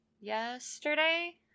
yesterday